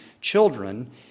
children